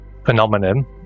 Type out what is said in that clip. phenomenon